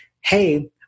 hey